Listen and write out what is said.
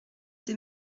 des